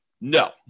No